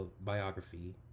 biography